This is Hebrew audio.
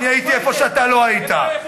הייתי איפה שאתה לא היית.